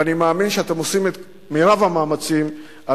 ואני מאמין שאתם עושים את מרב המאמצים על